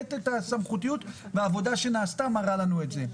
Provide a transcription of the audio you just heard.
לתת את הסמכותיות לעבודה שנעשתה, מראה לנו את זה.